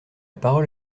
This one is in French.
parole